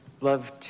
love